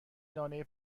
لانه